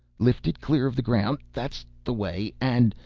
lift it clear of the ground, that's the way. and.